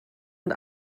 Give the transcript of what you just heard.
und